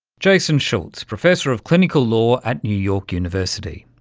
jason schultz, professor of clinical law at new york university.